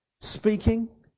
speaking